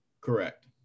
Correct